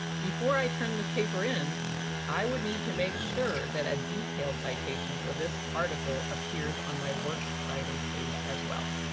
before i turn this paper in i would need to make sure that a detailed citation for this article appears on my works cited page as well.